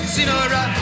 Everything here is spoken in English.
Sinora